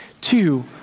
Two